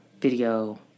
video